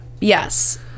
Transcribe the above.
Yes